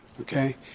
okay